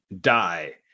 die